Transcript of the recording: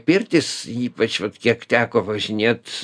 pirtys ypač vat kiek teko važinėt